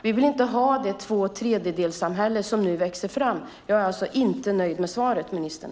Vi vill inte ha det tvåtredjedelssamhälle som nu växer fram. Jag är alltså inte nöjd med svaret, ministern.